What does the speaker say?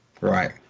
Right